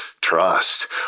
Trust